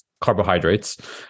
carbohydrates